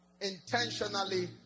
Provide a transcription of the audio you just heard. intentionally